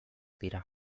dira